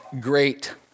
great